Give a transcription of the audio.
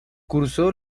cursó